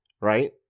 right